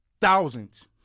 thousands